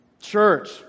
Church